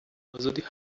آزادی